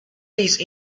these